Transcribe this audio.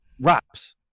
wraps